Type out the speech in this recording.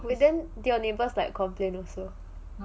wait then did your neighbours like complain also